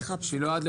אדלר,